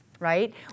Right